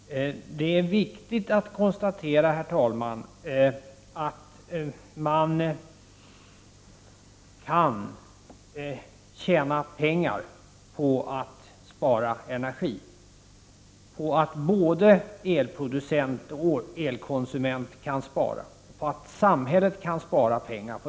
Herr talman! Det är viktigt att konstatera att man kan tjäna pengar på att spara energi, på att både elproducent och elkonsument kan spara.